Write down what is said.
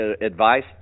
advice